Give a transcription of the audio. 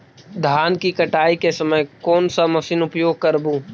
धान की कटाई के समय कोन सा मशीन उपयोग करबू?